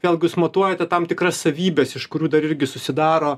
vėlgi jūs matuojate tam tikras savybes iš kurių dar irgi susidaro